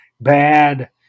bad